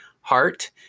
heart